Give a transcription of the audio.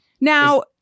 Now